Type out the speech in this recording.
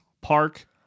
park